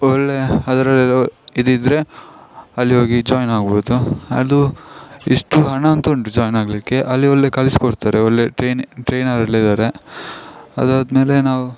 ಒಳ್ಳೆಯ ಅದರಲ್ಲಿರೋ ಇದಿದ್ದರೆ ಅಲ್ಲಿ ಹೋಗಿ ಜಾಯ್ನ್ ಆಗ್ಬೋದು ಅದು ಇಷ್ಟು ಹಣ ಅಂತ ಉಂಟು ಜಾಯ್ನ್ ಆಗಲಿಕ್ಕೆ ಅಲ್ಲಿ ಒಳ್ಳೆ ಕಲಿಸಿಕೊಡ್ತಾರೆ ಒಳ್ಳೆಯ ಟ್ರೈನಿ ಟ್ರೈನರ್ ಅಲ್ಲಿದ್ದಾರೆ ಅದಾದಮೇಲೆ ನಾವು